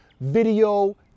video